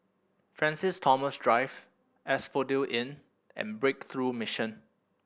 Francis Thomas Drive Asphodel Inn and Breakthrough Mission